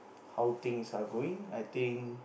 how things are going I think